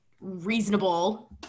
reasonable